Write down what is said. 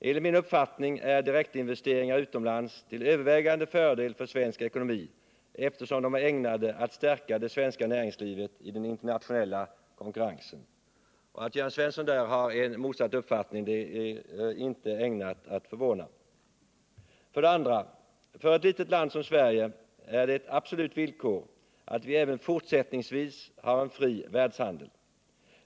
Enligt min uppfattning är direktinvesteringar utomlands till övervägande fördel för svensk ekonomi, eftersom de är ägnade att stärka det svenska näringslivet i den internationella konkurrensen. Att Jörn Svensson har en motsatt uppfattning är inte ägnat att förvåna. 2. För ett litet land som Sverige är det ett absolut villkor att vi även fortsättningsvis har en fri världshandel.